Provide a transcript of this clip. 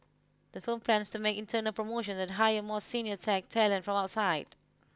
the firm plans to make internal promotions and hire more senior tech talent from outside